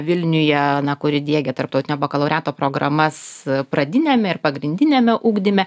vilniuje kuri diegia tarptautinio bakalauriato programas pradiniame ir pagrindiniame ugdyme